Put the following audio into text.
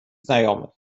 znajomych